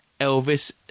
Elvis